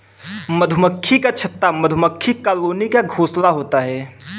मधुमक्खी का छत्ता मधुमक्खी कॉलोनी का घोंसला होता है